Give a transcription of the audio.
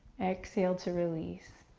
exhale to release.